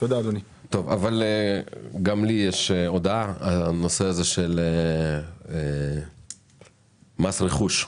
גם לי יש הודעה בנושא הזה של מס רכוש.